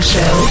Show